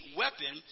weapon